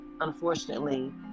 unfortunately